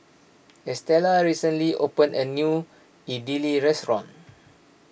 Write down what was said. Estella recently opened a new Idili restaurant